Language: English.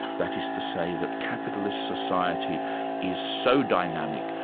that is to say that capitalist society is so dynamic,